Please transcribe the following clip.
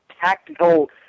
tactical